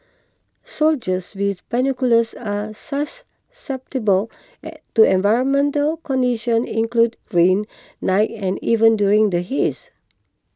soldiers with binoculars are susceptible to environmental conditions include rain night and even during the haze